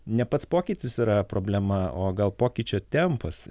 ne pats pokytis yra problema o gal pokyčio tempas